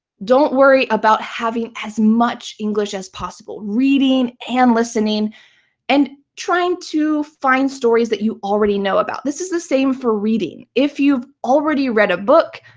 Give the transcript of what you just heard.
don't worry about having as much english as possible, reading and listening and trying to find stories that you already know about. this is the same for reading. if you've already read a book,